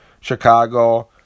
Chicago